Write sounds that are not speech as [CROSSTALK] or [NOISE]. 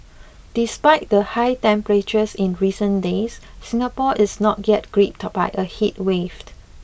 despite the high temperatures in recent days Singapore is not yet gripped by a [UNINTELLIGIBLE]